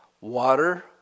Water